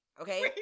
Okay